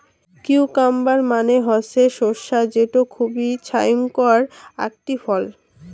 cucumber মানে হসে শসা যেটো খুবই ছাইস্থকর আকটি ফল